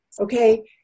okay